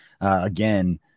again